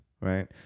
right